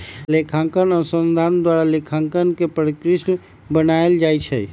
लेखांकन अनुसंधान द्वारा लेखांकन के परिष्कृत बनायल जाइ छइ